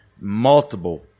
multiple